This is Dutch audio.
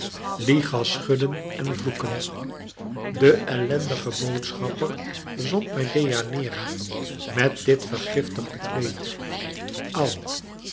lichas schudden en vloeken den ellendigen boodschapper zond mij deianeira met dit vergiftigde kleed au